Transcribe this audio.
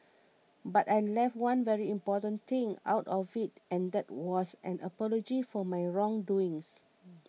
but I left one very important thing out of it and that was an apology for my wrong doings